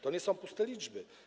To nie są puste liczby.